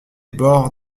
bords